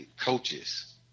coaches